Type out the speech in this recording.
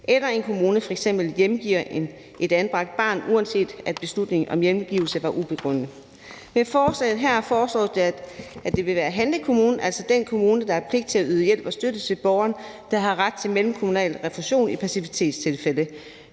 hvor en kommune f.eks. hjemgiver et anbragt barn, uanset om beslutningen om hjemgivelse var ubegrundet. Med forslaget her foreslås det, at det vil være handlekommunen, altså den kommune, der har pligt til at yde hjælp og støtte til borgeren, der har ret til mellemkommunal refusion i passivitetstilfælde.